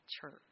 church